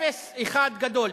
אפס אחד גדול.